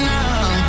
now